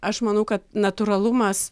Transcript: aš manau kad natūralumas